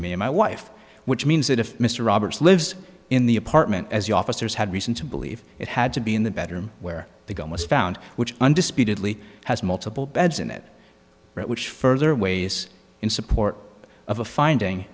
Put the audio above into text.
me and my wife which means that if mr roberts lives in the apartment as the officers had reason to believe it had to be in the bedroom where the gun was found which undisputedly has multiple beds in it which further weighs in support of a finding